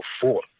four